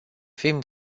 fim